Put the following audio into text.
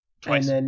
Twice